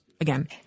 again